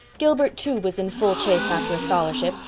gilbert, too, was in full chase after a scholarship,